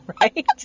right